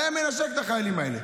היה מנשק את החיילים האלה.